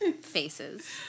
faces